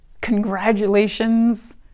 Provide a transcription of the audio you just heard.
congratulations